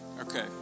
Okay